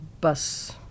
bus